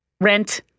rent